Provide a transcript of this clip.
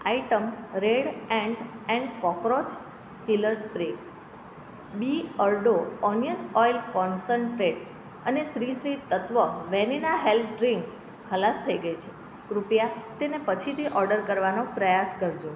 item red ant and cockroach killer spray Beardo onion oil concentrate અને Sri Sri Tattva vanilla health drink ખલાસ થઈ ગઈ છે કૃપયા તેને પછીથી ઓડર કરવાનો પ્રયાસ કરજો